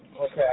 Okay